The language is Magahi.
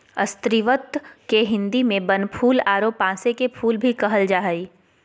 स्रीवत के हिंदी में बनफूल आरो पांसे के फुल भी कहल जा हइ